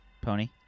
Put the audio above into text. Pony